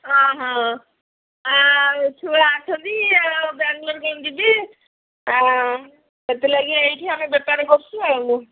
ହଁ ହଁ ଆଉ ଛୁଆ ଅଛନ୍ତି ଆଉ ବାଙ୍ଗାଲୋର କେମିତି ଯିବି ଆଉ ସେଥିଲାଗି ଏଇଠି ଆମେ ବେପାର କରୁଛୁ ଆଉ